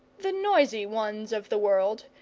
the noisy ones of the world,